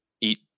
eat